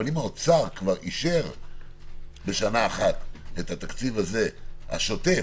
אבל אם האוצר כבר אישר בשנה אחת את התקציב השוטף הזה,